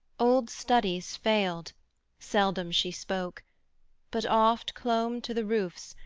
old studies failed seldom she spoke but oft clomb to the roofs,